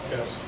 Yes